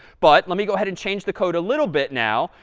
but let me go ahead and change the code a little bit now.